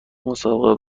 مسابقه